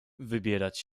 wybierać